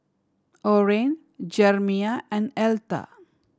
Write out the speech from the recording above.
Orene Jerimiah and Elta